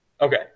okay